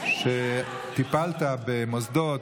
שטיפלת במוסדות,